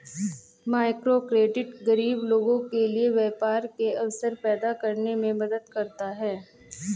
microcredit गरीब लोगों के लिए व्यापार के अवसर पैदा करने में मदद करता है